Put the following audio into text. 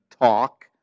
talk